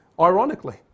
ironically